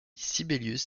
sibelius